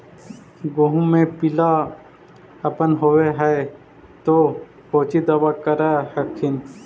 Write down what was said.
गोहुमा मे पिला अपन होबै ह तो कौची दबा कर हखिन?